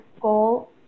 goal